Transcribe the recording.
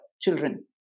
children